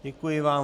Děkuji vám.